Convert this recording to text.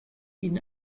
ihn